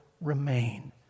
remain